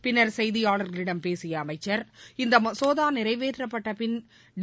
பின்னா் செய்தியாளா்களிடம் பேசிய அவா் இந்த மசோதா நிறைவேற்றப்பட்டபின் டி